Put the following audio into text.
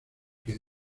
que